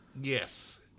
Yes